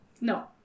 No